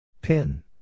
Pin